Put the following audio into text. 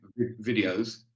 videos